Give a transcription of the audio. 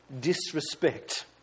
disrespect